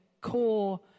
core